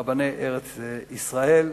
רבני ארץ-ישראל,